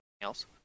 else